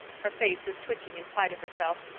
her face was twitching in spite of herself.